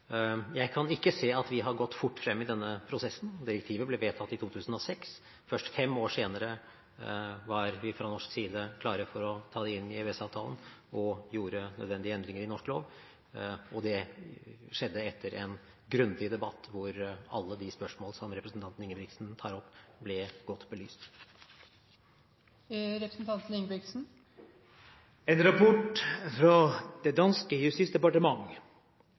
Jeg kan ikke se at vi har gått fort frem i denne prosessen. Direktivet ble vedtatt i 2006. Først fem år senere var vi fra norsk side klare for å ta det inn i EØS-avtalen og gjorde nødvendige endringer i norsk lov. Det skjedde etter en grundig debatt hvor alle de spørsmål som representanten Ingebrigtsen tar opp, ble godt belyst. En rapport fra det danske